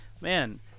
man